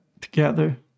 together